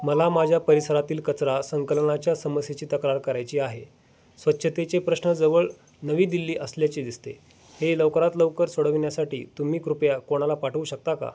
मला माझ्या परिसरातील कचरा संकलनाच्या समस्येची तक्रार करायची आहे स्वच्छतेचे प्रश्न जवळ नवी दिल्ली असल्याचे दिसते आहे हे लवकरात लवकर सोडवण्यासाठी तुम्ही कृपया कोणाला पाठवू शकता का